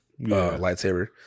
lightsaber